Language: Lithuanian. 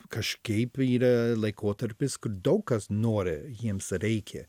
kažkaip yra laikotarpis kur daug kas nori jiems reikia